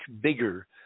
bigger